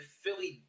Philly